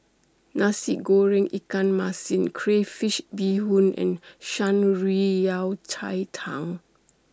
Nasi Goreng Ikan Masin Crayfish Beehoon and Shan Rui Yao Cai Tang